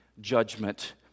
judgment